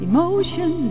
Emotion